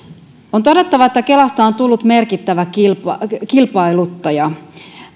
on todettava että kelasta on tullut merkittävä kilpailuttaja